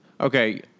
okay